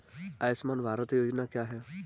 आयुष्मान भारत योजना क्या है?